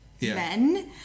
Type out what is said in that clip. men